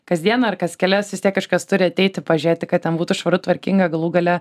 kasdien ar kas kelias vis tiek kažkas turi ateiti pažiūrėti ką ten būtų švaru tvarkinga galų gale